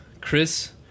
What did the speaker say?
Chris